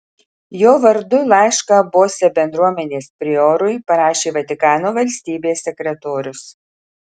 jo vardu laišką bose bendruomenės priorui parašė vatikano valstybės sekretorius